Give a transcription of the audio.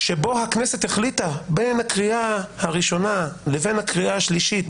שבו הכנסת החליטה בין הקריאה הראשונה לבין הקריאה השלישית,